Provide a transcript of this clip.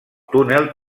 túnel